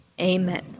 Amen